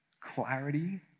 clarity